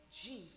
Jesus